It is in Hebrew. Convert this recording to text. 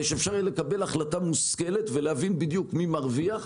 שאפשר יהיה לקבל החלטה מושכלת ולהבין מי בדיוק מרוויח,